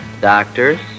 Doctors